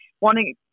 wanting